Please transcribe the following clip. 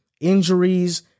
injuries